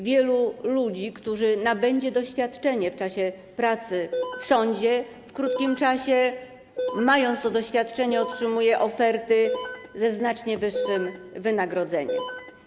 Wielu ludzi, którzy nabędą doświadczenie w czasie pracy w sądzie, w krótkim czasie, mając to doświadczenie, otrzymuje oferty ze znacznie wyższym wynagrodzeniem.